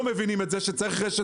כי במשרד האוצר לא מבינים שצריך רשת